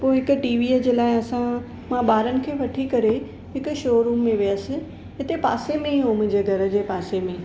त पोइ हिकु टीवीअ जे लाइ असां मां ॿारनि खे वठी करे हिकु शोरूम में वयसि हिते पासे में ई हुओ मुंहिंजे घर जे पासे में